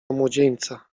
młodzieńca